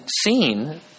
seen